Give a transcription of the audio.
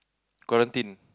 quarantine